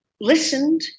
listened